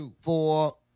four